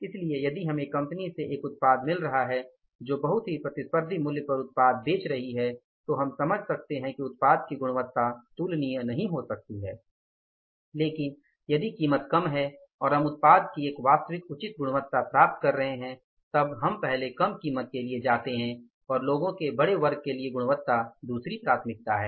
इसलिए यदि हमें कंपनी से एक उत्पाद मिल रहा है जो बहुत ही प्रतिस्पर्धी मूल्य पर उत्पाद बेच रही है तो हम समझ सकते हैं कि उत्पाद की गुणवत्ता तुलनीय नहीं हो सकती है लेकिन यदि कीमत कम है और हम उत्पाद की एक वास्तविक उचित गुणवत्ता प्राप्त कर रहे हैं तब हम पहले कम कीमत के लिए जाते हैं और लोगों के बड़े वर्ग के लिए गुणवत्ता दूसरी प्राथमिकता है